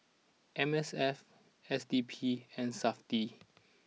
M S F S D P and Safti